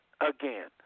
again